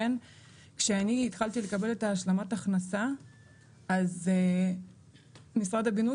כשאני התחלתי לקבל את השלמת ההכנסה אז משרד הבינוי